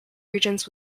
regents